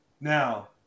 Now